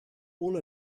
all